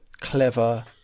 clever